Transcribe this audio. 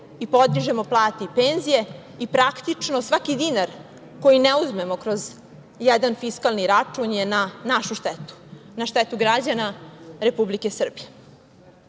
i podižemo plate i penzije, i praktično svaki dinar koji ne uzmemo kroz jedan fiskalni račun je na našu štetu, na štetu građana Republike Srbije. Postoje